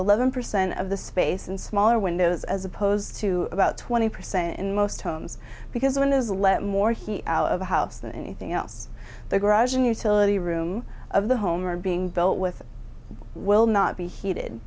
eleven percent of the space and smaller windows as opposed to about twenty percent in most homes because windows let more heat out of the house than anything else the garage and utility room of the home are being built with will not be heated